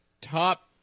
top